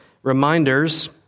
Reminders